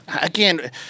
Again